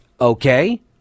Okay